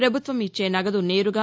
ప్రభుత్వం ఇచ్చే నగదు నేరుగా